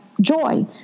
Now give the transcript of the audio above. joy